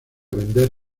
vender